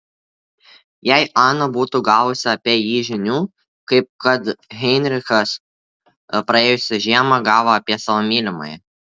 jei ana būtų gavusi apie jį žinių kaip kad heinrichas praėjusią žiemą gavo apie savo mylimąją